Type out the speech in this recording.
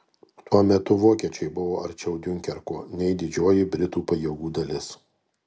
tuo metu vokiečiai buvo arčiau diunkerko nei didžioji britų pajėgų dalis